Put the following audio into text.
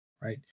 right